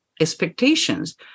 expectations